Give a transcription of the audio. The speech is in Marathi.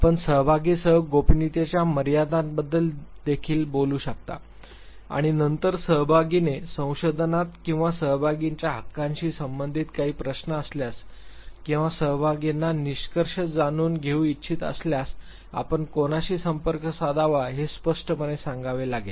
आपण सहभागींसह गोपनीयतेच्या मर्यादांबद्दल देखील बोलू शकता आणि नंतर सहभागीने संशोधनात किंवा सहभागींच्या हक्कांशी संबंधित काही प्रश्न असल्यास किंवा सहभागींना निष्कर्ष जाणून घेऊ इच्छित असल्यास आपण कोणाशी संपर्क साधावा हे स्पष्टपणे सांगावे लागेल